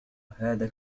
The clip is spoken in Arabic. هذا